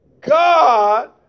God